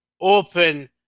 Open